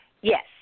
Yes